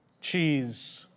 cheese